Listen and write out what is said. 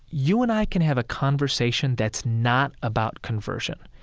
you and i can have a conversation that's not about conversion.